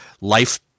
life